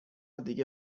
دیگه